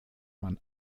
man